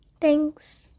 Thanks